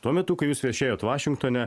tuo metu kai jūs viešėjot vašingtone